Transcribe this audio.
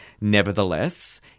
Nevertheless